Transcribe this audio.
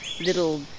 little